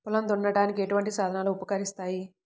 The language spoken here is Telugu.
పొలం దున్నడానికి ఎటువంటి సాధనలు ఉపకరిస్తాయి?